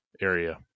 area